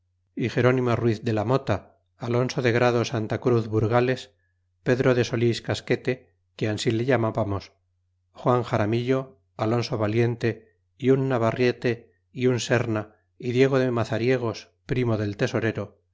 mimo ruiz de la mota alonso de grado santa cruz burgales pedro de solís casquete que ansi le llamábamos juan xaramillo alonso valiente y un navarrete y un serna y diego de mazariegos primo del tesorero